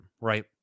right